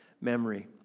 memory